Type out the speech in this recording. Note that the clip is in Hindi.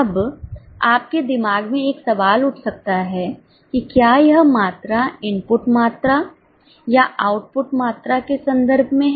अब आपके दिमाग में एक सवाल उठ सकता है कि क्या यह मात्रा इनपुट मात्रा के संदर्भ में है